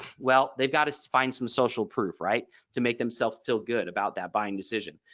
well they've got to find some social proof right to make themselves feel good about that buying decision.